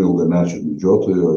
ilgamečio medžiotojo